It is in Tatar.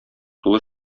тулы